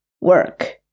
work